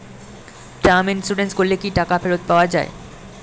Term insurance করলে কি টাকা ফেরত পাওয়া যায়?